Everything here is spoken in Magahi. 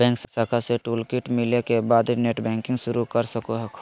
बैंक शाखा से टूलकिट मिले के बाद नेटबैंकिंग शुरू कर सको हखो